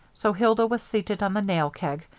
so hilda was seated on the nail keg,